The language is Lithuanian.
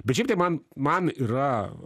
bet šiaip tai man man yra